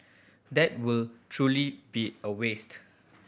that will truly be a waste